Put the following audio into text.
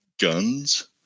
guns